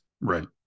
Right